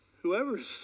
whoever's